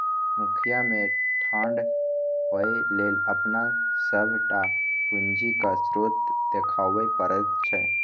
मुखिया मे ठाढ़ होए लेल अपन सभटा पूंजीक स्रोत देखाबै पड़ैत छै